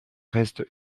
reste